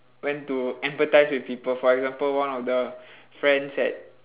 when to empathise with people for example one of the friends had